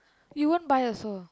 you won't buy also